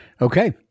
Okay